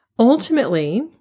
Ultimately